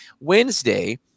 Wednesday